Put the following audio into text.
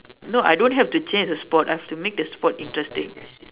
no I don't have to change the sport I have to make the sport interesting